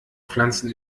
pflanzen